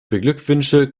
beglückwünsche